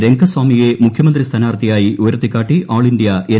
രംഗസ്വാമിയെ മുഖ്യമന്ത്രി സ്ഥാനാർത്ഥിയായി ഉയർത്തിക്കാട്ടി ഓൾ ഇന്ത്യ എൻ